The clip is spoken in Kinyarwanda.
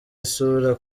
isura